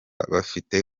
bafite